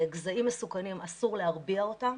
גזעים מסוכנים אסור להרביע אותם,